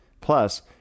Plus